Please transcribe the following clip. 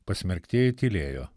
pasmerktieji tylėjo